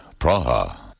Praha